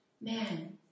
man